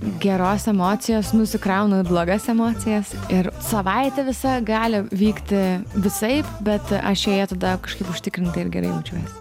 geros emocijos nusikraunu blogas emocijas ir savaitė visa gali vykti visaip bet aš jai tada kažkaip užtikrintai ir gerai jaučiuosi